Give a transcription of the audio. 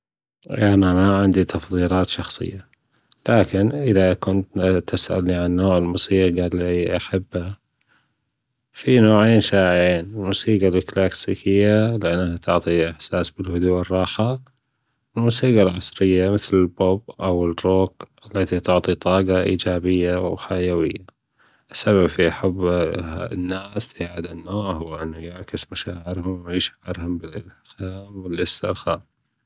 أنا ما عندى تفضيلات شخصية لاكن أذا كنت تسألنى عن نوع الموسيقى اللى احبها فى نوعان شأعان موسيقى كلاسيكية لانها تعطى أحساس بالهدوء والراحة والموسيقى العصرية مثل البوب أوالروك التى تعطي طاقة أيجابية وحيوية السبب في حب الناس لهذا النوع هو أنة يعكس مشاعرهم ويشعرهم. والأسترخاء